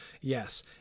Yes